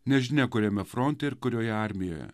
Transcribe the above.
nežinia kuriame fronte ir kurioje armijoje